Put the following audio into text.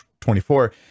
24